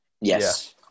Yes